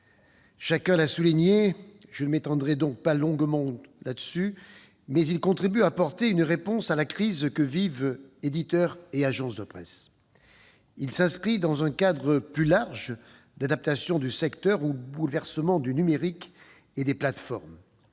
Chacun l'a souligné- je ne m'étendrai donc pas longuement sur ce sujet -, il contribue à apporter une réponse à la crise que vivent éditeurs et agences de presse. La proposition de loi s'inscrit dans un cadre plus large d'adaptation du secteur aux bouleversements du numérique et des plateformes.